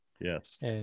Yes